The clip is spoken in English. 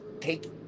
Take